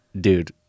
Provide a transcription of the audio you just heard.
dude